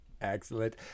Excellent